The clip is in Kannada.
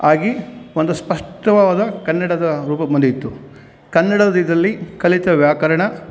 ಆಗಿ ಒಂದು ಸ್ಪಷ್ಟವಾದ ಕನ್ನಡದ ರೂಪ ಬಂದಿತ್ತು ಕನ್ನಡದ ಇದರಲ್ಲಿ ಕಲಿತ ವ್ಯಾಕರಣ